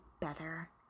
better